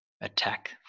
attack